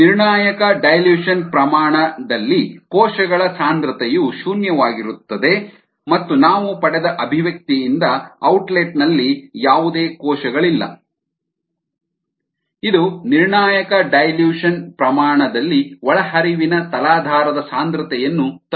ನಿರ್ಣಾಯಕ ಡೈಲ್ಯೂಷನ್ ಸಾರಗುಂದಿಸುವಿಕೆ ಪ್ರಮಾಣ ನಲ್ಲಿ ಕೋಶಗಳ ಸಾಂದ್ರತೆಯು ಶೂನ್ಯವಾಗಿರುತ್ತದೆ ಮತ್ತು ನಾವು ಪಡೆದ ಅಭಿವ್ಯಕ್ತಿಯಿಂದ ಔಟ್ಲೆಟ್ ನಲ್ಲಿ ಯಾವುದೇ ಕೋಶಗಳಿಲ್ಲ SDKSm D ಇದು ನಿರ್ಣಾಯಕ ಡೈಲ್ಯೂಷನ್ ಸಾರಗುಂದಿಸುವಿಕೆ ಪ್ರಮಾಣ ನಲ್ಲಿ ಒಳಹರಿವಿನ ತಲಾಧಾರದ ಸಾಂದ್ರತೆಯನ್ನು ತಲುಪುತ್ತದೆ